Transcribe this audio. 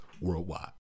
worldwide